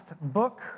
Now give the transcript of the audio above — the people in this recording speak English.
book